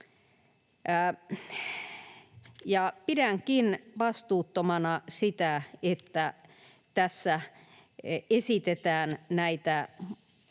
Pidänkin vastuuttomana sitä, että tässä esitetään